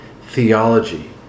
theology